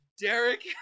Derek